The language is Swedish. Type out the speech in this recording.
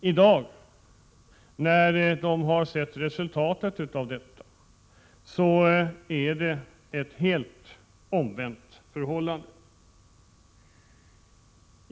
I dag, när man har sett resultatet, är det ett helt omvänt förhållande.